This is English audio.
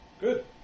Good